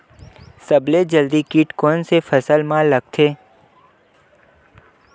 सबले जल्दी कीट कोन से फसल मा लगथे?